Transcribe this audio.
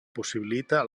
possibilita